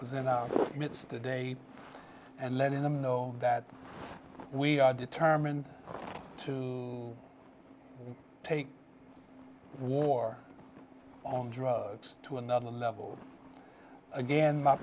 was in today and letting them know that we are determined to take war on drugs to another level again my